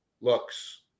looks